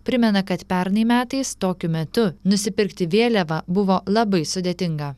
primena kad pernai metais tokiu metu nusipirkti vėliavą buvo labai sudėtinga